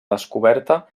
descoberta